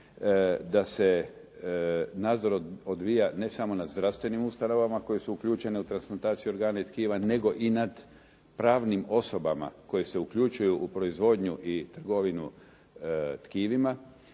da se nadzor odvija ne samo nad zdravstvenim ustanovama koje su uključene u transplantaciju organa i tkiva nego i nad pravnim osobama koje se uključuju u proizvodnju i trgovinu tkivima